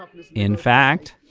in fact,